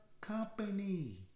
company